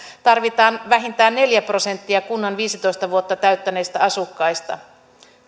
tarvitaan vähintään neljä prosenttia kunnan viisitoista vuotta täyttäneistä asukkaista